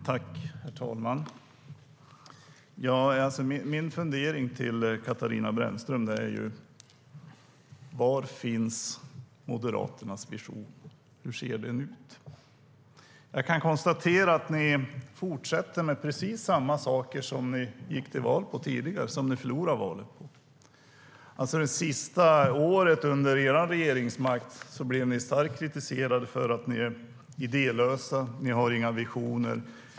Herr talman! Min fundering till Katarina Brännström är: Var finns Moderaternas vision, och hur ser den ut? Jag kan konstatera att ni fortsätter med precis samma saker som ni gick till val på och som ni förlorade valet på. Det sista året under er regeringsmakt blev ni starkt kritiserade för att vara idélösa och inte ha några visioner.